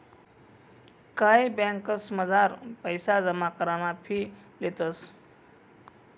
कायी ब्यांकसमझार पैसा जमा कराना फी लेतंस